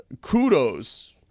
kudos